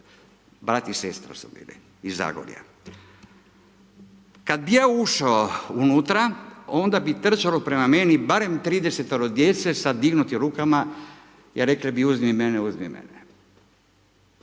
brat i sestra su bili iz Zagorja kad bih ja ušao unutra, onda bi trčalo prema meni barem 30-ero djece sa dignutim rukama i rekli bi, uzmi mene, uzmi mene.